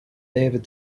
david